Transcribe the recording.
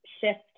shift